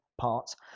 parts